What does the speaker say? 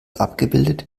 abgebildet